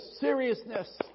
seriousness